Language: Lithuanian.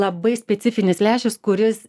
labai specifinis lęšis kuris